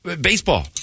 baseball